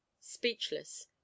speechless